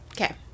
okay